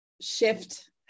shift